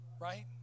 Right